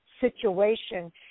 situation